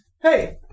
Hey